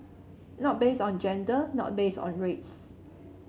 not based on gender not based on race